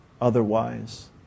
otherwise